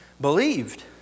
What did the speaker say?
believed